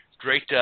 great